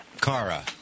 Kara